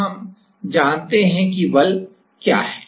अब हम जानते हैं कि बल क्या है